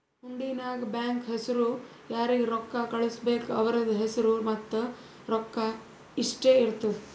ಹುಂಡಿ ನಾಗ್ ಬ್ಯಾಂಕ್ ಹೆಸುರ್ ಯಾರಿಗ್ ರೊಕ್ಕಾ ಕಳ್ಸುಬೇಕ್ ಅವ್ರದ್ ಹೆಸುರ್ ಮತ್ತ ರೊಕ್ಕಾ ಇಷ್ಟೇ ಇರ್ತುದ್